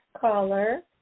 caller